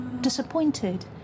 disappointed